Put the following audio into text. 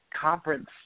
conference